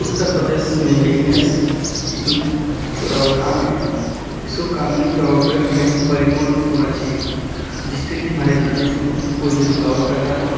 उत्तर प्रदेश में बिजनेस के जो प्रावधान हैं इसको क़ानूनी तौर पर हमें परिपूर्ण होना चाहिए जिससे कि हमारे बिजनेस में कोई भी रुकावट पैदा ना हो